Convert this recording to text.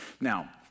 Now